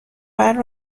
باید